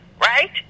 right